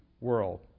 world